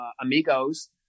Amigos